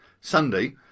Sunday